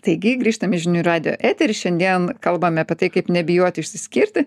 taigi grįžtam į žinių radijo etery šiandien kalbame apie tai kaip nebijoti išsiskirti